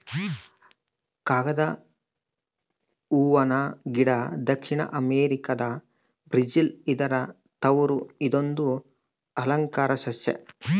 ಕಾಗದ ಹೂವನ ಗಿಡ ದಕ್ಷಿಣ ಅಮೆರಿಕಾದ ಬ್ರೆಜಿಲ್ ಇದರ ತವರು ಇದೊಂದು ಅಲಂಕಾರ ಸಸ್ಯ